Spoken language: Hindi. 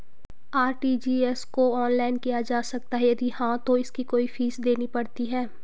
आर.टी.जी.एस को ऑनलाइन किया जा सकता है यदि हाँ तो इसकी कोई फीस देनी पड़ती है?